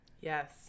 Yes